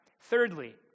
Thirdly